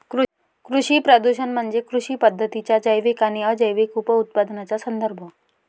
कृषी प्रदूषण म्हणजे कृषी पद्धतींच्या जैविक आणि अजैविक उपउत्पादनांचा संदर्भ